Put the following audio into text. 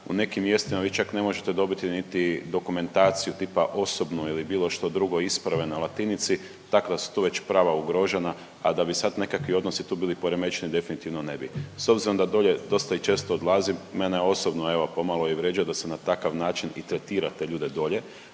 po nekih mjestima vi čak ne možete dobiti niti dokumentaciju, tipa osobnu ili bilo što drugo, isprave na latinici, takva su tu već prava ugrožena, a da bi sad nekakvi odnosi tu bili poremećeni, definitivno ne bi. S obzirom da dolje dosta i često odlazim, mene osobno evo pomalo i vrijeđa da se na takav način i tretira te ljude dolje,